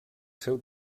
seu